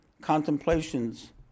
contemplations